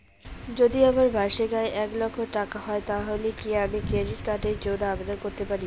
যদি আমার বার্ষিক আয় এক লক্ষ টাকা হয় তাহলে কি আমি ক্রেডিট কার্ডের জন্য আবেদন করতে পারি?